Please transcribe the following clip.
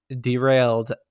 derailed